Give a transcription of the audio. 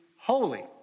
holy